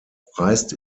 reist